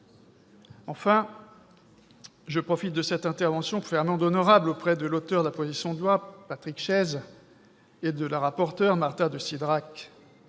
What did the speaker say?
Je profite de cette intervention pour faire amende honorable auprès de l'auteur de la proposition de loi, Patrick Chaize, et de la rapporteur, Marta de Cidrac